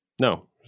No